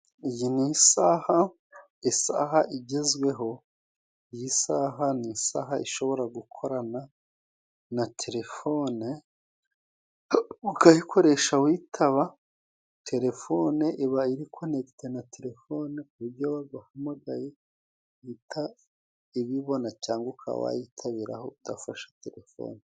Izi ni isaha isaha igezweho iyi saha ni isaha ishobora gukorana na terefone, ukayikoresha witaba telefone iba iri konegite na telefone. Ku buryo iyo baguhamagaye ihita ibibona, cyangwa ukawa wa yitabiraho udafashe telefone.